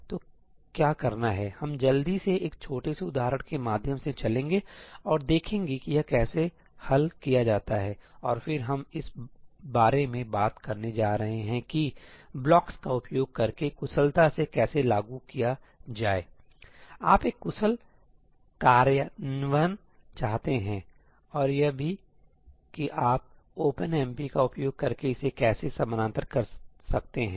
तो क्या करना है हम जल्दी से एक छोटे से उदाहरण के माध्यम से चलेंगे और देखेंगे कि यह कैसे हल किया जाता है और फिर हम इस बारे में बात करने जा रहे हैं कि ब्लॉकसका उपयोग करके कुशलता से कैसे लागू किया जाएसहीआप एक कुशल कार्यान्वयन चाहते हैं और यह भी कि आप ओपनएमपी का उपयोग करके इसे कैसे समानांतर कर सकते हैं